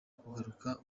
kugaruka